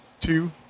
two